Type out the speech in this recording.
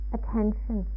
attention